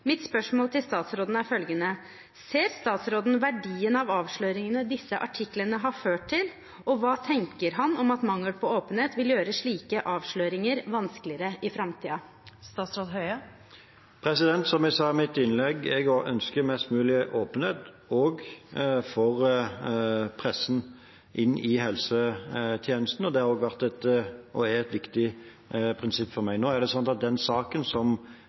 Mitt spørsmål til statsråden er følgende: Ser statsråden verdien av avsløringene disse artiklene har ført til, og hva tenker han om at mangel på åpenhet vil gjøre slike avsløringer vanskeligere i framtiden? Som jeg sa i mitt innlegg: Også jeg ønsker mest mulig åpenhet, også for pressen inn i helsetjenesten. Det har vært – og er – et viktig prinsipp for meg. Nå er det slik at den saken som